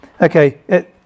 Okay